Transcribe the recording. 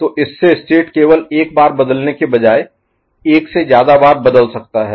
तो इससे स्टेट केवल एक बार बदलने के बजाय एक से ज्यादा बार बदल सकता है